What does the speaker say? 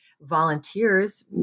volunteers